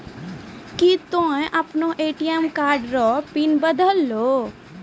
की तोय आपनो ATM card रो पिन बदलहो